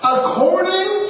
According